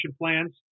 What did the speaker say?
plans